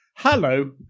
Hello